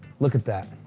look at that.